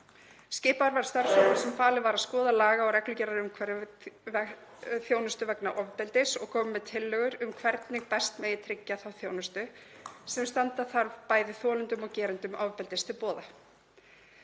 Skipaður var starfshópur sem falið var að skoða laga- og reglugerðarumhverfi þjónustu vegna ofbeldis og koma með tillögur um hvernig best megi tryggja þá þjónustu sem standa þarf bæði þolendum og gerendum ofbeldis til boða.